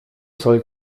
soll